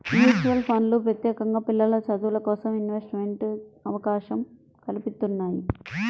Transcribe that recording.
mutual ఫండ్లు ప్రత్యేకంగా పిల్లల చదువులకోసం ఇన్వెస్ట్మెంట్ అవకాశం కల్పిత్తున్నయ్యి